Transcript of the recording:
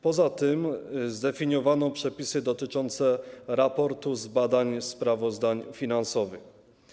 Poza tym zdefiniowano przepisy dotyczące raportu z badań sprawozdań finansowych.